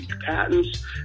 patents